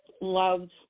loved